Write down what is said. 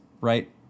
right